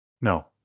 no